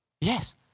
Yes